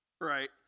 Right